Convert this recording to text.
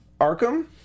Arkham